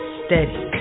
steady